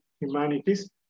humanities